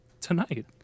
Tonight